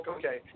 okay